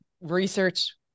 research